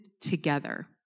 together